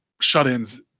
shut-ins